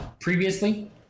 previously